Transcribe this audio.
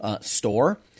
store